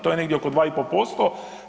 To je negdje oko 2,5%